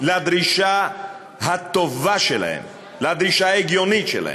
לדרישה הטובה שלהם, לדרישה ההגיונית שלהם,